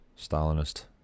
Stalinist